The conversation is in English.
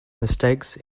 mistakes